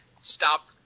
stop